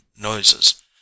noises